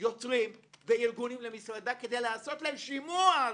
יוצרים וארגונים למשרדה כדי לעשות להם שימוע,